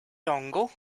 dongle